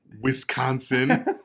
wisconsin